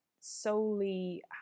solely